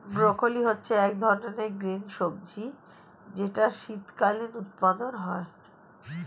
broccoli হচ্ছে এক ধরনের গ্রিন সবজি যেটার শীতকালীন উৎপাদন হয়ে